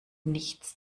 nichts